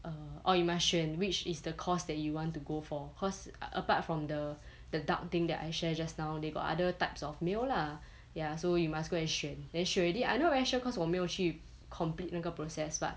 err orh you must 选 which is the course that you want to go for cause apart from the the duck thing that I share just now they got other types of meal lah ya so you must go and 选 then 选 already I not very sure cause 我没有去 complete 那个 process but